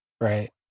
right